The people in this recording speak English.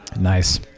Nice